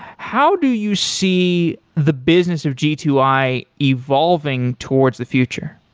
how do you see the business of g two i evolving towards the future?